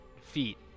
feet